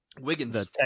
Wiggins